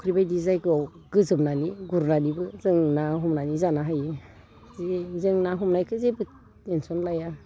फख्रि बायदि जायगायाव गोजोमनानै गुरनानैबो जों ना हमनानै जानो हायो जि जों ना हमनायखौ जेबो टेनसन लाया